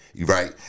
Right